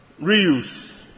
Reuse